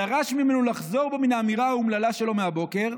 "דרש ממנו לחזור בו מן האמירה האומללה שלו מהבוקר,